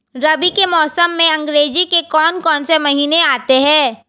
रबी के मौसम में अंग्रेज़ी के कौन कौनसे महीने आते हैं?